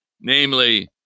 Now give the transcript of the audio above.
Namely